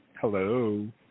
Hello